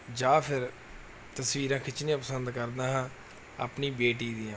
ਜਾਂ ਫਿਰ ਤਸਵੀਰਾਂ ਖਿੱਚਣੀਆਂ ਪਸੰਦ ਕਰਦਾ ਹਾਂ ਆਪਣੀ ਬੇਟੀ ਦੀਆਂ